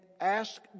ask